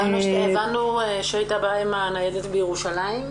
הבנו, שהייתה בעיה עם הניידת בירושלים.